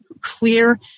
clear